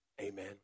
Amen